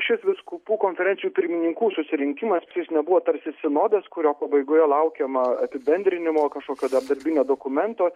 šis vyskupų konferencijų pirmininkų susirinkimas jis nebuvo tarsi sinodas kurio pabaigoje laukiama apibendrinimo kažkokio dar darbinio dokumento